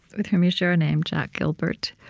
with whom you share a name, jack gilbert.